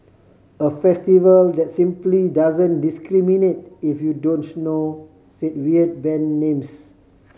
a festival that simply doesn't discriminate if you don't know said weird band names